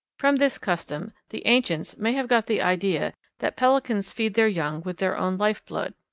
from this custom the ancients may have got the idea that pelicans feed their young with their own life blood.